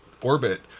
orbit